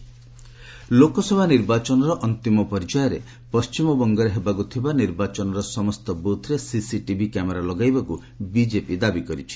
BJP West Bengal Lok Sabha ନିର୍ବାଚନର ଅନ୍ତିମ ପର୍ଯ୍ୟାୟରେ ପଶ୍ଚିମବଙ୍ଗରେ ହେବାକୁ ଥିବା ନିର୍ବାଚନର ସମସ୍ତ ବୁଥ୍ରେ ସିସିଟିଭି କ୍ୟାମେରା ଲଗାଇବାକୁ ବିଜେପି ଦାବି କରିଛି